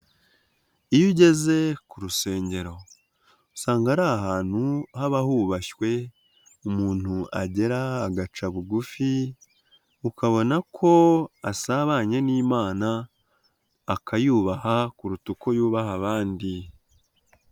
Iyo ugeze ku rusengero usanga ari ahantu haba hubashywe umuntu agera agaca bugufi, ukabona ko asabanye n'imana akayubaha kuruta uko yubaha abandi.